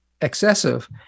excessive